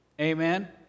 Amen